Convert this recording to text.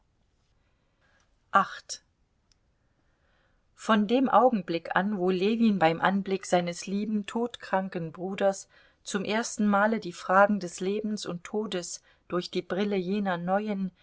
von dem augenblick an wo ljewin beim anblick seines lieben todkranken bruders zum ersten male die fragen des lebens und todes durch die brille jener neuen